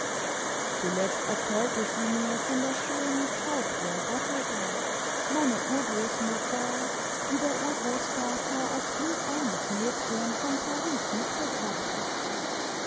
zuletzt erzählte sie mir von der schönen frau ciaire gotteball meiner urgroßmutter die der urgroßvater als blutarmes mädchen von paris mitgebracht hatte